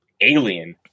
alien